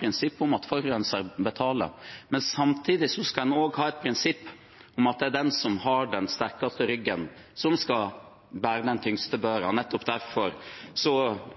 prinsippet om at forurenser betaler, men samtidig skal man ha prinsippet om at den som har den sterkeste ryggen, skal bære den tyngste børa. Nettopp derfor